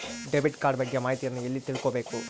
Debit card ಬಗ್ಗೆ ಮಾಹಿತಿಯನ್ನ ಎಲ್ಲಿ ತಿಳ್ಕೊಬೇಕು?